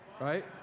right